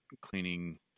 cleaning